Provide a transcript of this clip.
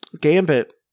gambit